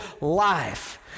life